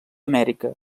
amèrica